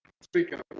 Speaking